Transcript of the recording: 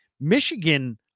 Michigan